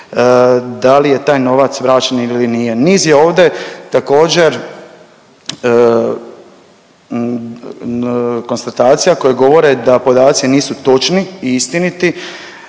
da li je taj novac vraćen ili nije? Niz je ovdje također konstatacija koje govore da podaci nisu točni i istiniti